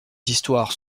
histoires